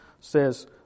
says